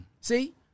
See